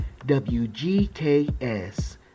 WGKS